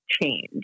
change